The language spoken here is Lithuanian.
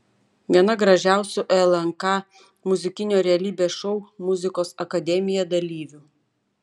viena gražiausių lnk muzikinio realybės šou muzikos akademija dalyvių